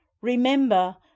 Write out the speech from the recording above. Remember